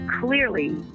clearly